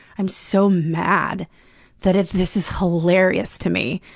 i'm so mad that this is hilarious to me.